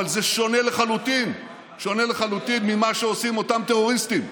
אבל זה שונה לחלוטין ממה שעושים אותם טרוריסטים,